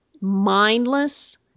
mindless